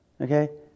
Okay